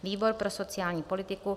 Výbor pro sociální politiku: